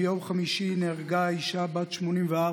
ביום חמישי נהרגה אישה בת 84,